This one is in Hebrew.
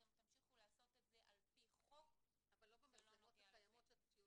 אתם תמשיכו לעשות את זה על פי חוק --- אבל לא במצלמות שיותקנו.